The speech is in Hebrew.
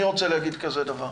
אני רוצה להגיד כזה דבר.